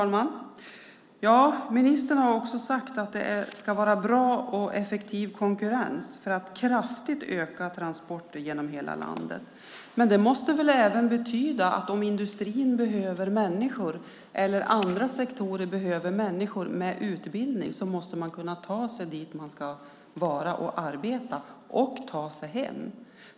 Fru talman! Ministern har också sagt att det ska vara bra och effektiv konkurrens för att kraftigt öka transporter genom hela landet. Det måste väl även betyda att om industrin eller andra sektorer behöver människor med utbildning måste de kunna ta sig dit där de ska arbeta och ta sig hem.